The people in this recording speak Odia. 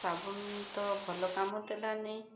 ସାବୁନ୍ ତ ଭଲ କାମ ଦେଲାନି